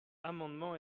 amendement